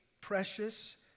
precious